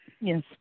Yes